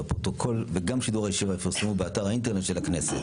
והפרוטוקול וגם שידור הישיבה יפורסמו באתר האינטרנט של הכנסת.